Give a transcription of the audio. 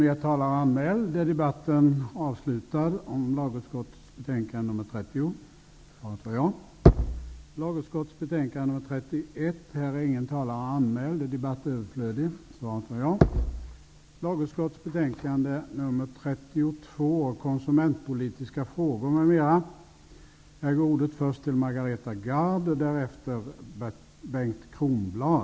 Med det anförda yrkar jag bifall till utskottets hemställan i dess helhet och avslag på reservationen.